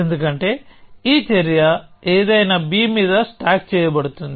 ఎందుకంటే ఈ చర్య ఏదైనా b మీద స్టాక్ చేయబడు తుంది